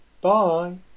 Bye